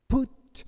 Put